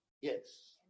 yes